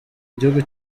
igihugu